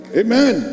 amen